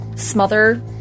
smother